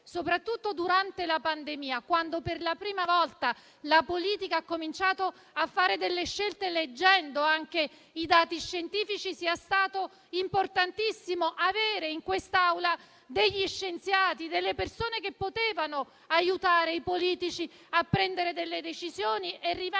soprattutto durante la pandemia, quando per la prima volta la politica ha cominciato a fare scelte leggendo anche i dati scientifici, avere in quest'Aula scienziati e persone che potevano aiutare i politici a prendere decisioni. Rivendico